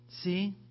See